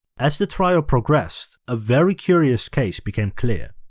as the trial progressed, a very curious case become clear.